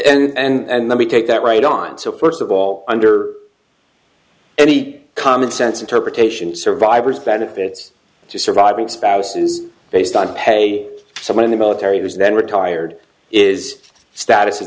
status and then we take that right on so first of all under any common sense interpretation survivor's benefits to surviving spouses based on pay someone in the military has then retired is status of